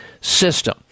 System